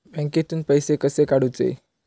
बँकेतून पैसे कसे काढूचे?